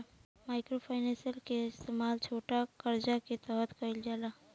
micro finance के इस्तमाल छोटा करजा के तरह कईल जाला